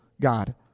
God